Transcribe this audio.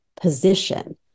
position